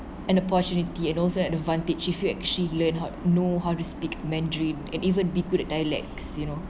an opportunity and also advantage if you actually learn how to know how to speak mandarin and even be good at dialects you know